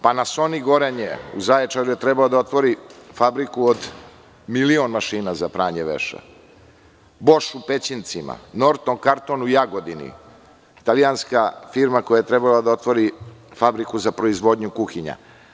Panasonik“, „Gorenje“, u Zaječaru je trebalo da otvori fabriku od milion mašina za pranje veša, „Boš“ u Pečincima, „Norton karton“ u Jagodini, italijanska firma koja je trebalo da otvori fabriku za proizvodnju kuhinja.